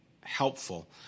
helpful